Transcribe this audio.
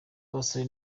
abasore